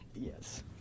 Yes